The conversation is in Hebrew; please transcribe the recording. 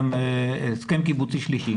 הסכם קיבוצי שלישי.